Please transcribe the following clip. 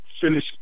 finish